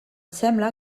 sembla